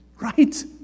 Right